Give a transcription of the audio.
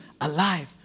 alive